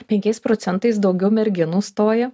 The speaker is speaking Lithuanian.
penkiais procentais daugiau merginų stojo